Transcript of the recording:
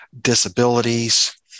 disabilities